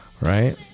right